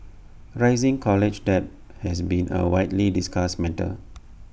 rising college debt has been A widely discussed matter